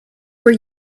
were